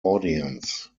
audience